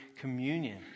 communion